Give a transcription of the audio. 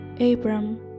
Abram